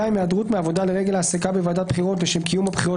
(2) היעדרות מעבודה לרגל העסקה בוועדת בחירות לשם קיום הבחירות